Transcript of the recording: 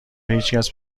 هیچکس